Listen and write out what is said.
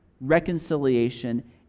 reconciliation